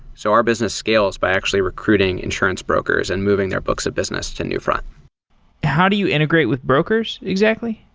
so our business scales by actually recruiting insurance brokers and moving their books of business to newfront how do you integrate with brokers exactly?